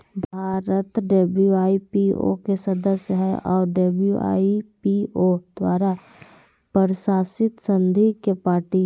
Bharat WIPO के सदस्य हइ और डब्ल्यू.आई.पी.ओ द्वारा प्रशासित संधि के पार्टी हइ